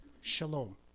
shalom